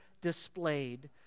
displayed